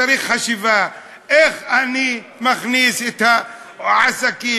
צריך חשיבה איך אני מכניס את העסקים,